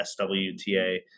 SWTA